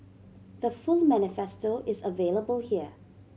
the full manifesto is available here